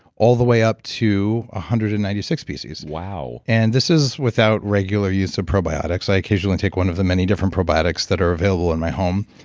all the way up to one ah hundred and ninety six species wow and this is without regular use of probiotics. i occasionally take one of the many different probiotics that are available in my home,